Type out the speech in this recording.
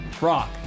rock